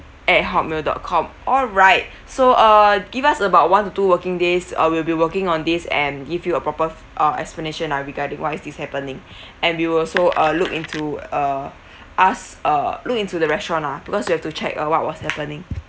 at hotmail dot com alright so err give us about one to two working days uh we'll be working on this and give you a proper f~ uh explanation ah regarding why is this happening and we will also uh look into uh us uh look into the restaurant lah because we'll have to check uh what was happening